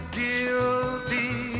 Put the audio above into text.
guilty